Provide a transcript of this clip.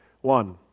One